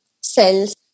cells